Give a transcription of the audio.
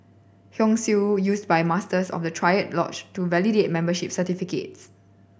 Hung Seal used by Masters of the triad lodge to validate membership certificates